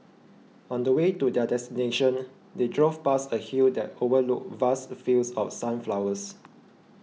on the way to their destination they drove past a hill that overlooked vast fields of sunflowers